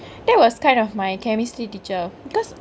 that was kind of my chemistry teacher because